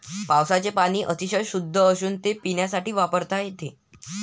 पावसाचे पाणी अतिशय शुद्ध असून ते पिण्यासाठी वापरता येते